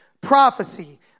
prophecy